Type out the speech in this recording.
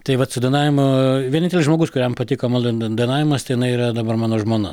tai vat su dainavimu vienintelis žmogus kuriam patiko mano dainavimas tai jinai yra dabar mano žmona